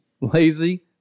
lazy